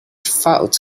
fought